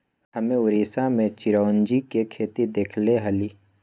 हम्मे उड़ीसा में चिरौंजी के खेत देखले हली